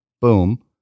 Boom